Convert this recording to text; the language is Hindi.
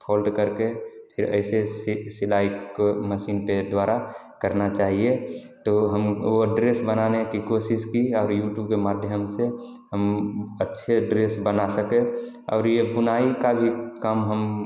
फोल्ड करके फिर ऐसे सिलाई को मसीन के द्वारा करना चाहिए तो हम वह ड्रेस बनाने की कोशिश की और यूटूब के माध्यम से हम अच्छे ड्रेस बना सके और यह बुनाई का भी काम हम